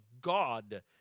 God